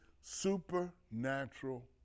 supernatural